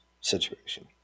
situation